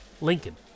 Lincoln